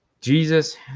Jesus